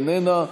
איננה,